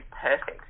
perfect